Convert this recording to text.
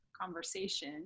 conversation